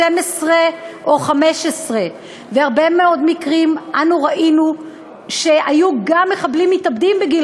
12 או 15. בהרבה מאוד מקרים אנו ראינו שהיו גם מחבלים מתאבדים בגיל